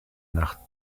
nach